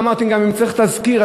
גם אמרתי: אם צריך גם תסקיר,